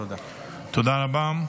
תודה רבה.